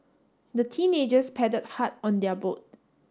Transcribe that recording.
the teenagers padded hard on their boat